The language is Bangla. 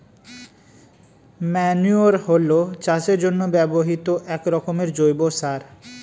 ম্যান্যুর হলো চাষের জন্য ব্যবহৃত একরকমের জৈব সার